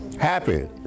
happy